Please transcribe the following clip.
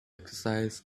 exercise